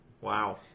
Wow